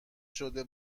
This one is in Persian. شده